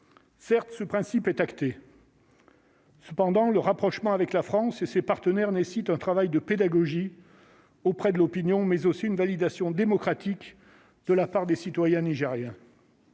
Certes, ce principe est acté. Cependant, le rapprochement avec la France et ses partenaires nécessite un travail de pédagogie auprès de l'opinion, mais aussi une validation démocratique de la part des citoyens nigériens.